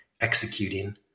executing